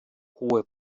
hohe